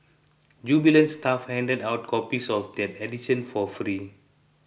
jubilant staff handed out copies of that edition for free